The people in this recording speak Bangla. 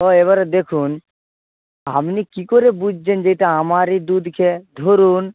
তো এবারে দেখুন আপনি কী করে বুঝছেন যে এটা আমারই দুধ খেয়ে ধরুন